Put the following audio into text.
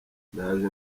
ndaje